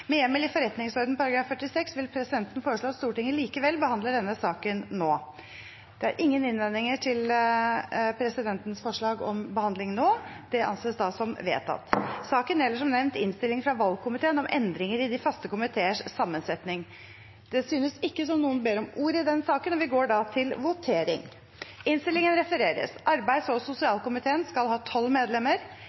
Med hjemmel i forretningsordenens § 46 vil presidenten foreslå at Stortinget likevel behandler denne saken nå. – Ingen innvendinger har fremkommet. Presidentens forslag anses da vedtatt. Ingen har bedt om ordet, og vi går da til votering. Komiteen hadde innstilt til Stortinget å gjøre følgende vedtak: Arbeids- og sosialkomiteen skal ha 12 medlemmer.